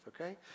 okay